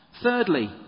Thirdly